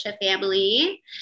family